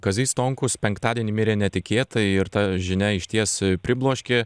kazys stonkus penktadienį mirė netikėtai ir ta žinia išties pribloškė